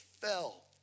fell